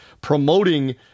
promoting